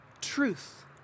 truth